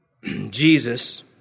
Jesus